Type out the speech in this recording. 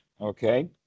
okay